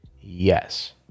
Yes